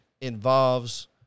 involves